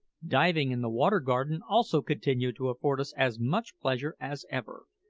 diving in the water garden also continued to afford us as much pleasure as ever,